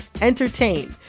entertain